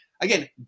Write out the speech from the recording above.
again